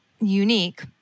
unique